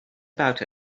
about